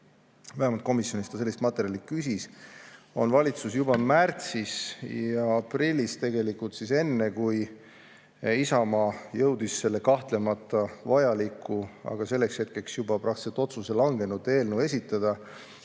vähemalt komisjonis ta sellist materjali küsis – oli valitsusel juba märtsis ja aprillis, tegelikult enne, kui Isamaa jõudis selle kahtlemata vajaliku, aga selleks hetkeks juba praktiliselt otsustatud eelnõu esitada.